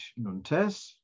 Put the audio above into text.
Nuntes